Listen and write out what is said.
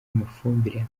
amafumbire